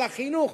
לחינוך,